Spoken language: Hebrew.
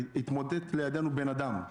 התמוטט לידו בן-אדם.